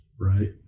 right